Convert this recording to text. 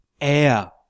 Air